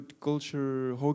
culture